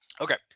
Okay